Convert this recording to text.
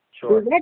Sure